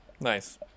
Nice